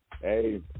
Hey